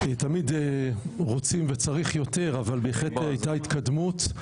תמיד רוצים וצריך יותר, אבל בהחלט היתה התקדמות.